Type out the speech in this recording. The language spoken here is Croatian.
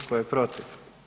Tko je protiv?